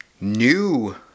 new